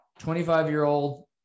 25-year-old